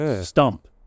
stump